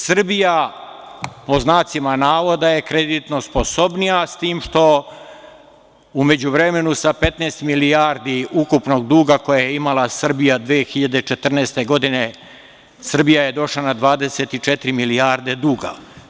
Srbija pod znacima navoda je kreditno sposobnija, s tim što u međuvremenu sa 15 milijardi ukupnog duga koji je imala Srbija 2014. godine, Srbija je došla na 24 milijarde duga.